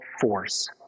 force